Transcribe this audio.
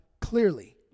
clearly